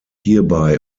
hierbei